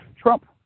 Trump